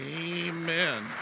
Amen